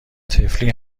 طفلی